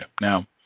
Now